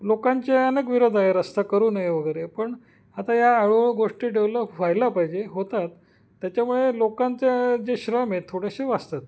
लोकांचे अनेक विरोध आहे रस्ता करू नये वगैरे पण आता या हळूहळू गोष्टी डेव्हलप व्हायला पाहिजे होतात त्याच्यामुळे लोकांचे जे श्रम आहे थोडेसे वाचतात